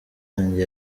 yanjye